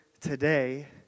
today